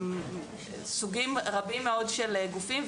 סוגים רבים מאוד של גופים,